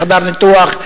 לחדר ניתוח,